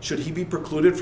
should he be precluded from